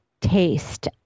taste